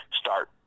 start